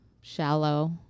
shallow